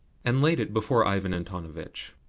and laid it before ivan antonovitch.